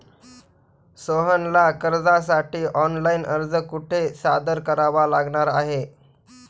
सोहनला कर्जासाठी ऑनलाइन अर्ज कुठे सादर करावा लागणार आहे?